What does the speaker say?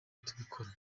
tubikora